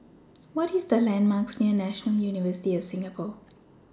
What Are The landmarks near National University of Singapore